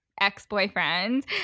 ex-boyfriend